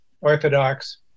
orthodox